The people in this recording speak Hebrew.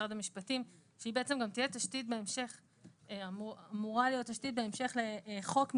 במשרד המשפטים שהיא אמורה להיות בהמשך תשתית לחוק מסגרת,